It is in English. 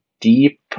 deep